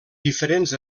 diferents